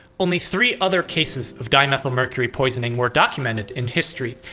only three other cases of dimethylmercury poisoning were documented in history.